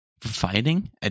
fighting